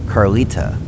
Carlita